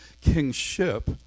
kingship